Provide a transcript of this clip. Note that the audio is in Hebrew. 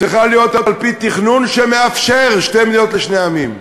צריכה להיות על-פי תכנון שמאפשר שתי מדינות לשני עמים.